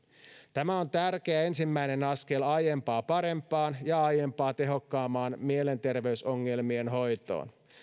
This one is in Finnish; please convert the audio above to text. tämä on tärkeä ensimmäinen askel aiempaa parempaan ja aiempaa tehokkaampaan mielenterveysongelmien hoitoon